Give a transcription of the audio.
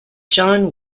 john